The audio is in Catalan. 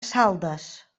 saldes